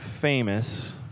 famous